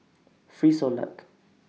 Frisolac